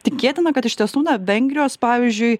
tikėtina kad iš tiesų na vengrijos pavyzdžiui